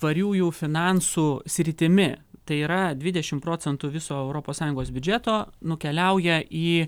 tvariųjų finansų sritimi tai yra dvidešim procentų viso europos sąjungos biudžeto nukeliauja į